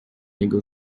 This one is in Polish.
jego